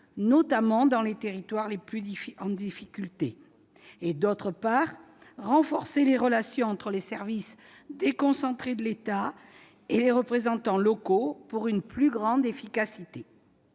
notamment dans les territoires les plus en difficulté ; d'autre part, renforcer les relations entre les services déconcentrés de l'État et les représentants locaux, pour une plus grande efficacité.